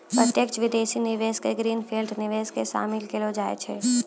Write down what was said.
प्रत्यक्ष विदेशी निवेश मे ग्रीन फील्ड निवेश के शामिल केलौ जाय छै